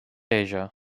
asia